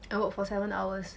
and work for seven hours